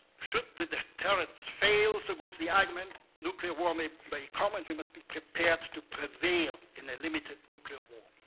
should the deterrents fail, so goes the argument, nuclear war may be come and we must be prepared to prevail in a limited nuclear war.